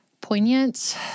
poignant